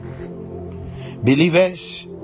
believers